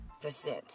percent